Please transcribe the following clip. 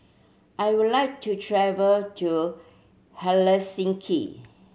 I would like to travel to